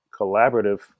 collaborative